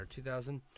2000